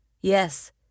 Yes